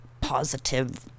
positive